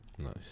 nice